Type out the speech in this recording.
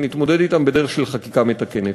ונתמודד אתם בדרך של חקיקה מתקנת.